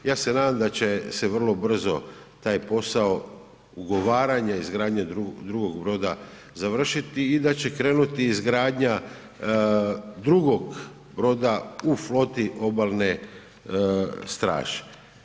Ja se nadam da će se vrlo brzo taj posao ugovaranja i izgradnje drugog broda završiti i da će krenuti izgradnja drugog broda u floti Obalne straže.